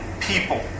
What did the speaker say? people